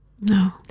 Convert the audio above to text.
no